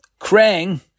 Krang